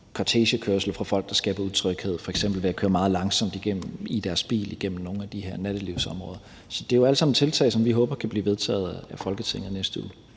kortegekørsel, hvor nogle skaber utryghed ved f.eks. at køre meget langsomt forbi i deres biler igennem nogle af de her nattelivsområder. Det er jo alle sammen tiltag, som vi håber kan blive vedtaget af Folketinget i næste uge.